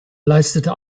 leistete